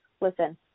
listen